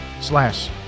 slash